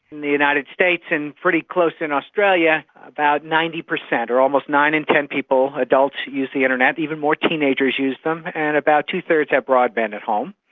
in the united states and pretty close in australia, about ninety percent or almost nine in ten people, adults, use the internet, even more teenagers use it, and about two-thirds have broadband at home.